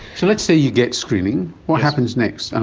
so let's say you get screening, what happens next? and